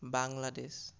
Bangladesh